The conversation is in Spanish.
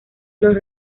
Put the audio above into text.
los